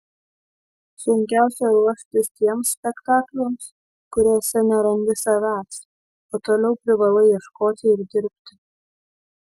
sunkiausia ruoštis tiems spektakliams kuriuose nerandi savęs o toliau privalai ieškoti ir dirbti